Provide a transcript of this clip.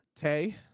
Tay